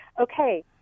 okay